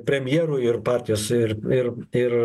premjeru ir partijos ir ir ir